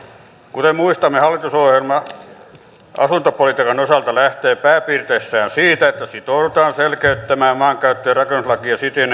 kuten muistamme hallitusohjelma asuntopolitiikan osalta lähtee pääpiirteissään siitä että sitoudutaan selkeyttämään maankäyttö ja rakennuslakia siten